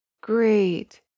great